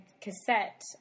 cassette